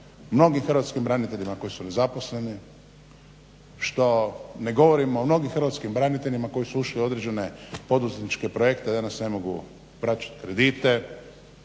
mnogim hrvatskim braniteljima koji su nezaposleni, što ne govorimo o mnogim hrvatskim braniteljima koji su ušli u određene poduzetničke projekte danas ne mogu vraćati kredite,